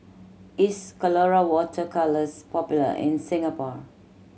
is Colora Water Colours popular in Singapore